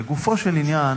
לגופו של עניין,